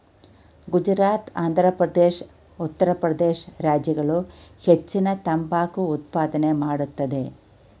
ಗುಜರಾತ್, ಆಂಧ್ರಪ್ರದೇಶ, ಉತ್ತರ ಪ್ರದೇಶ ರಾಜ್ಯಗಳು ಹೆಚ್ಚಿನ ತಂಬಾಕು ಉತ್ಪಾದನೆ ಮಾಡತ್ತದೆ